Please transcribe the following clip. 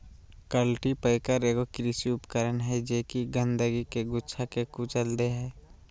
cultipacker एगो कृषि उपकरण हइ जे कि गंदगी के गुच्छा के कुचल दे हइ